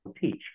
teach